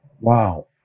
Wow